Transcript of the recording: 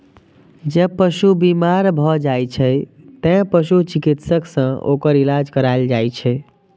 जब पशु बीमार भए जाइ छै, तें पशु चिकित्सक सं ओकर इलाज कराएल जाइ छै